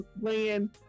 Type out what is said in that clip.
playing